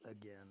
again